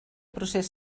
procés